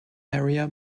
area